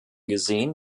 gesehen